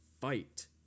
fight